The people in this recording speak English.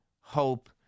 hope